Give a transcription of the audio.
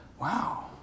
Wow